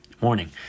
morning